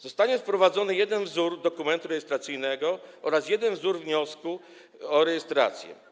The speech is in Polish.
Zostanie wprowadzony jeden wzór dokumentu rejestracyjnego oraz jeden wzór wniosku o rejestrację.